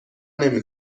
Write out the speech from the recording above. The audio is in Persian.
نمی